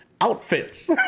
outfits